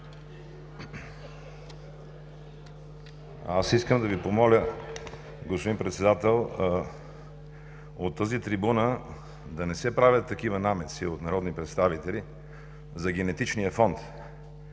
Аз искам да Ви помоля, господин Председател, от тази трибуна да не се правят такива намеци от народни представители за генетичния фонд.